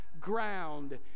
ground